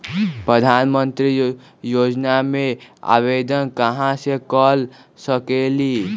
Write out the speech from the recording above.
प्रधानमंत्री योजना में आवेदन कहा से कर सकेली?